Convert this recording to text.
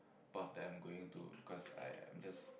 path that I'm going to because I am just